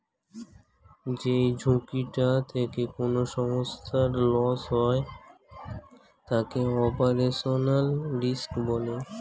যেই ঝুঁকিটা থেকে কোনো সংস্থার লস হয় তাকে অপারেশনাল রিস্ক বলে